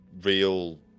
real